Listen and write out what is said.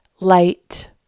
light